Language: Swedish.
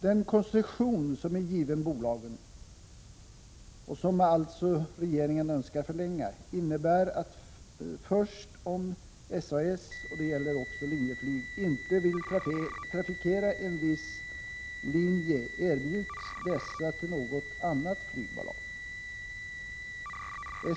Den koncession som är given bolagen — och som alltså regeringen önskar förlänga —- innebär att först om SAS, och det gäller även Linjeflyg, inte vill trafikera en viss linje, erbjuds denna till något annat flygbolag.